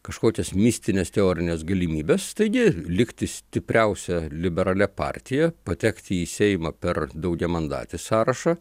kažkokias mistines teorines galimybes taigi likti stipriausia liberalia partija patekti į seimą per daugiamandatį sąrašą